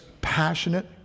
passionate